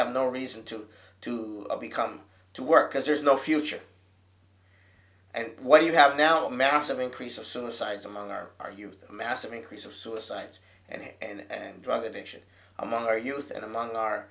have no reason to to be come to work because there's no future and what do you have now massive increase of suicides among our youth a massive increase of suicides and here and drug addiction among our youth and among our